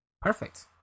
Perfect